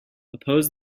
opposed